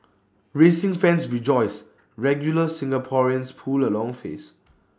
racing fans rejoice regular Singaporeans pull A long face